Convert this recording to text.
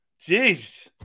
Jeez